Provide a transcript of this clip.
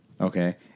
Okay